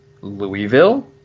Louisville